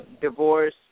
divorce